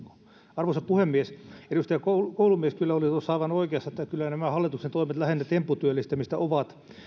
puhemies edustaja koulumies kyllä oli tuossa aivan oikeassa että kyllä nämä hallituksen toimet lähinnä tempputyöllistämistä ovat